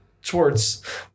Schwartz